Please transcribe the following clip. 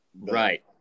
right